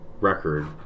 record